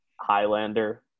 Highlander